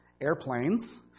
airplanes